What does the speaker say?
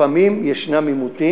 לפעמים יש עימותים,